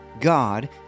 God